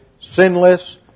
sinless